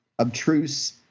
obtruse